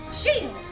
Shield